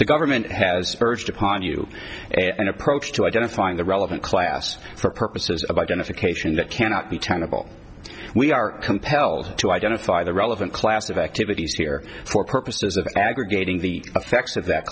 the government has urged upon you and approach to identifying the relevant class for purposes of identification that cannot be tenable we are compelled to identify the relevant class of activities here for purposes of aggregating the effects of that